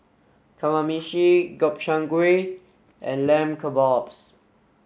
Kamameshi Gobchang Gui and Lamb Kebabs